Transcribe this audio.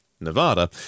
Nevada